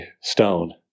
stone